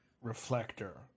reflector